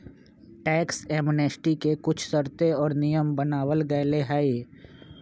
tax amnesty के कुछ शर्तें और नियम बनावल गयले है